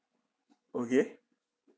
okay